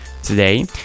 today